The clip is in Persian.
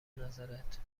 نظرت